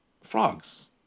frogs